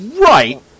Right